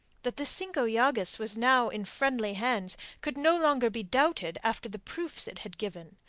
that the cinco llagas was now in friendly hands could no longer be doubted after the proofs it had given.